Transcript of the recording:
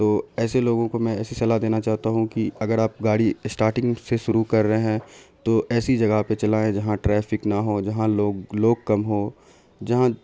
تو ایسے لوگوں کو میں ایسی صلاح دینا چاہتا ہوں کہ اگر آپ گاڑی اسٹارٹنگ سے شروع کر رہے ہیں تو ایسی جگہ پہ چلائیں جہاں ٹریفک نہ ہو جہاں لوگ لوگ کم ہو جہاں